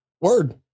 Word